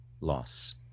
loss